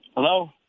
Hello